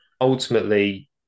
Ultimately